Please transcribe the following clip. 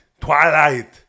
twilight